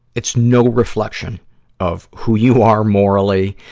it's no reflection of who you are morally,